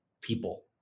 people